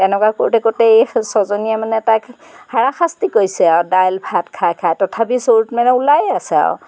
তেনেকুৱা কৰোঁতে কৰোঁতে এই ছজনীয়ে মানে তাইক হাৰাশাস্তি কৰিছে আৰু দাইল ভাত খাই খাই তথাপি চৰুত মানে ওলাইয়ে আছে আৰু